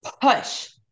push